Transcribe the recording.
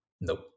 Nope